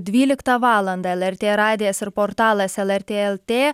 dvyliktą valandą lrt radijas ir portalas lrt lt